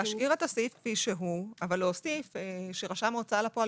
להשאיר את הסעיף כפי שהוא אבל להוסיף שרשם ההוצאה לפועל